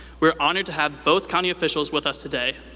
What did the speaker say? we are honored to have both county officials with us today.